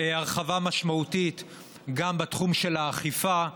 הרחבה משמעותית גם בתחום של האכיפה.